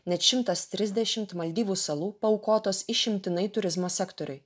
net šimtas trisdešimt maldyvų salų paaukotos išimtinai turizmo sektoriui